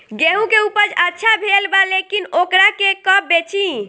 गेहूं के उपज अच्छा भेल बा लेकिन वोकरा के कब बेची?